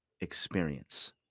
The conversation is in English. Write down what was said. experience